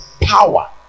power